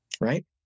right